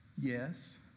yes